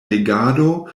regado